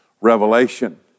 revelation